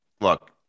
look